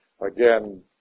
Again